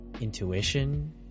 intuition